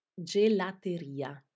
gelateria